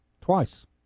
Twice